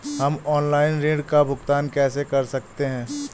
हम ऑनलाइन ऋण का भुगतान कैसे कर सकते हैं?